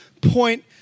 point